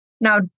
Now